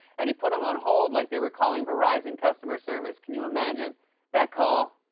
and he put them on hold like they were calling verizon customer service. can you imagine that call?